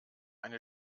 eine